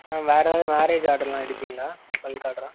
ஆ வேறு எதுவும் மேரேஜ் ஆட்ரெலாம் எடுப்பீங்களா பல்க் ஆட்ராக